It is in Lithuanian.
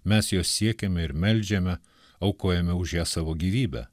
mes jos siekiame ir meldžiame aukojame už ją savo gyvybę